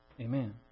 amen